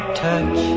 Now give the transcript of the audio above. touch